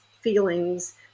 feelings